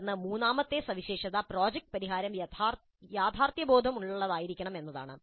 തുടർന്ന് മൂന്നാമത്തെ സവിശേഷത പരിഹാരം യാഥാർത്ഥ്യബോധമുള്ളതായിരിക്കണം എന്നതാണ്